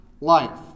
life